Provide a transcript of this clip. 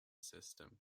system